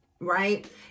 Right